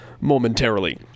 momentarily